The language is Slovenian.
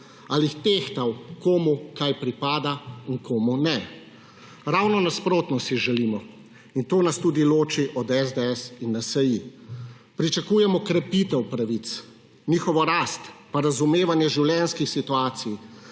jih tehtal, komu kaj pripada in komu ne. Ravno nasprotno si želimo, in to nas tudi loči od SDS in NSI, pričakujemo krepitev pravic, njihov rast, pa razumevanje življenjskih situacij,